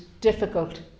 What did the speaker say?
difficult